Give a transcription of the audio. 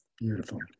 Beautiful